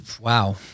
Wow